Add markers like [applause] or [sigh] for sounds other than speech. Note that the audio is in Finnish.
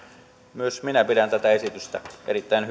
myös minä pidän tätä esitystä erittäin [unintelligible]